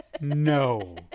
No